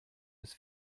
was